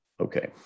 Okay